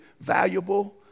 valuable